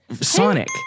Sonic